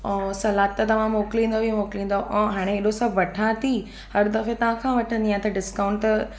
ऐं सलाद त तव्हां मोकिलींदो ई मोकिलींदो ऐं हाणे हेॾो सभु वठां थी हर दफ़े तव्हांखां वठंदी आहियां त डिस्काउंट त